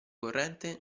corrente